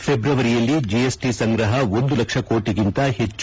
ಫೆಬ್ರುವರಿಯಲ್ಲಿ GST ಸಂಗ್ರಹ ಒಂದು ಲಕ್ಷ ಕೋಟಿಗಿಂತ ಹೆಚ್ಚು